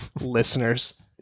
listeners